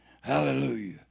Hallelujah